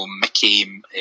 Mickey